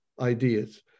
ideas